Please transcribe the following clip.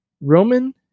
Roman